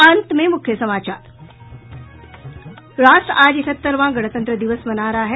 और अब अंत में मुख्य समाचार राष्ट्र आज इकहत्तरवां गणतंत्र दिवस मना रहा है